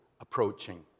approaching